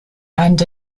and